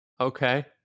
Okay